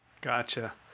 Gotcha